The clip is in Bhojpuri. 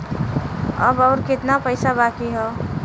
अब अउर कितना पईसा बाकी हव?